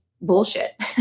Bullshit